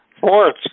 Fourth